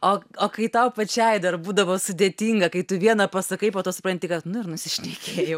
o o kai tau pačiai dar būdavo sudėtinga kai tu vieną pasakai po to supranti kad nu ir nusišnekėjau